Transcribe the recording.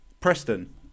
Preston